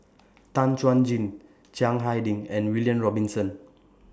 Tan Chuan Jin Chiang Hai Ding and William Robinson